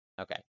okay